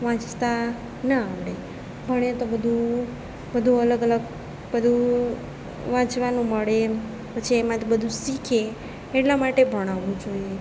વાંચતાં ન આવડે ભણીએ તો બધું અલગ અલગ બધું વાંચવાનું મળે પછી એમાંથી બધું શીખે એટલા માટે ભણાવવું જોઈએ